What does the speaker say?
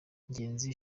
ngenzi